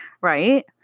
right